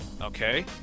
Okay